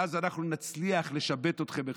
ואז אנחנו נצליח לשבט אתכם מחדש.